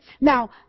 Now